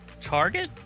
Target